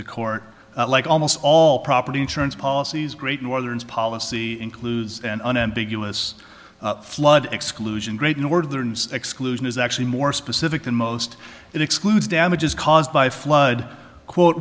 the court like almost all property insurance policies great northerns policy includes an unambiguous flood exclusion great northern exclusion is actually more specific than most it excludes damages caused by a flood quote